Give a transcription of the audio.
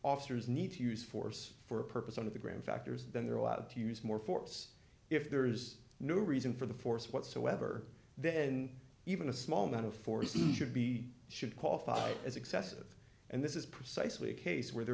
officers need to use force for a purpose out of the ground factors then they're allowed to use more force if there is no reason for the force whatsoever then even a small amount of force the should be should qualify as excessive and this is precisely a case where there